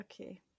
Okay